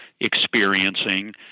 experiencing